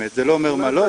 זה לא אומר מה לא,